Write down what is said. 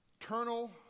eternal